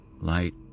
Light